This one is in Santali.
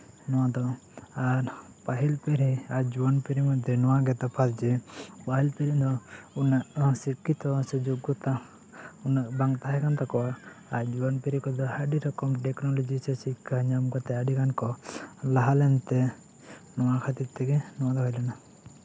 ᱱᱚᱣᱟ ᱫᱚ ᱟᱨ ᱯᱟ ᱦᱤᱞ ᱯᱤᱲᱦᱤ ᱟᱨ ᱡᱩᱣᱟᱹᱱ ᱯᱤᱲᱦᱤ ᱢᱚᱫᱽᱫᱷᱮ ᱱᱚᱣᱟᱜᱮ ᱛᱚᱯᱷᱟᱛ ᱡᱮ ᱯᱟ ᱦᱤᱞ ᱯᱤᱲᱦᱤ ᱫᱚ ᱩᱱᱟᱹᱜ ᱥᱤᱠᱠᱷᱤᱛᱚ ᱥᱮ ᱡᱳᱜᱜᱚᱛᱟ ᱩᱱᱟᱹᱜ ᱵᱟᱝ ᱛᱟᱦᱮᱸ ᱞᱮᱱ ᱛᱟᱠᱚᱣᱟ ᱟᱨ ᱡᱩᱣᱟᱹᱱ ᱯᱤᱲᱦᱤ ᱠᱚᱫᱚ ᱟ ᱰᱤ ᱨᱚᱠᱚᱢ ᱴᱮᱠᱱᱳᱞᱚᱡᱤ ᱥᱮ ᱥᱤᱠᱠᱷᱟ ᱧᱟᱢ ᱠᱟᱛᱮᱜ ᱟᱹᱰᱤᱜᱟᱱ ᱠᱚ ᱞᱟᱦᱟ ᱞᱮᱱᱛᱮ ᱱᱚᱣᱟ ᱠᱷᱟ ᱛᱤᱨ ᱛᱮᱜᱮ ᱱᱚᱣᱟ ᱫᱚ ᱦᱩᱭ ᱞᱮᱱᱟ